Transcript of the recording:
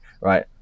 right